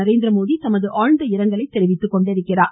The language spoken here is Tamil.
நரேந்திரமோடி தமது ஆழ்ந்த இரங்கலை தெரிவித்துள்ளார்